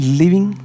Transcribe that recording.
living